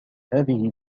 هذه